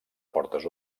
portes